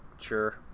Sure